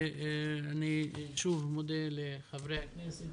אני שוב מודה לחברי הכנסת